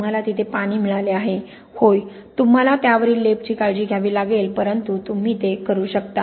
तुम्हाला तिथे पाणी मिळाले आहे होय तुम्हाला त्यावरील लेपची काळजी घ्यावी लागेल परंतु तुम्ही ते करू शकता